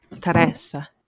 teresa